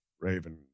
Raven